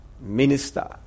minister